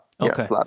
Okay